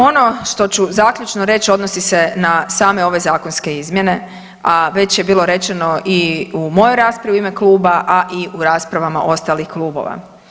Ono što ću zaključno reći odnosi se na same ove zakonske izmjene, a već je bilo rečeno i u mojoj raspravi u ime kluba, a i u raspravama ostalih klubova.